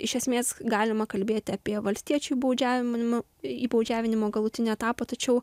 iš esmės galima kalbėti apie valstiečių įbaudžiavinimo įbaudžiavinimo galutinį etapą tačiau